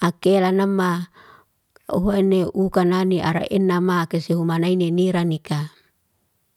akeranama huane ukanane ara ena ma kysehumanaine niranika.